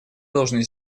должны